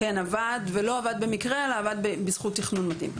עבד, ולא במקרה אלא בזכות תכנון מתאים.